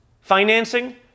financing